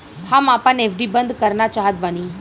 हम आपन एफ.डी बंद करना चाहत बानी